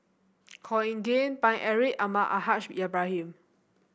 Khor Ean Ghee Paine Eric Almahdi Al Haj Ibrahim